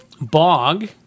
Bog